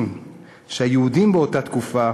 שוכחים שהיהודים באותה תקופה